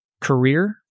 career